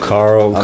Carl